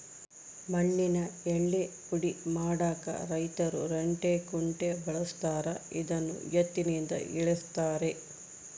ಮಣ್ಣಿನ ಯಳ್ಳೇ ಪುಡಿ ಮಾಡಾಕ ರೈತರು ರಂಟೆ ಕುಂಟೆ ಬಳಸ್ತಾರ ಇದನ್ನು ಎತ್ತಿನಿಂದ ಎಳೆಸ್ತಾರೆ